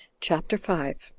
chapter five.